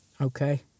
okay